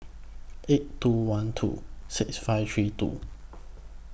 eight two one two six five three two